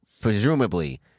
presumably